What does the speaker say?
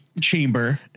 chamber